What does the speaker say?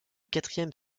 quatrième